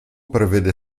prevede